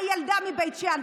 הילדה מבית שאן,